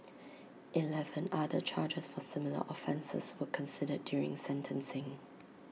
Eleven other charges for similar offences were considered during sentencing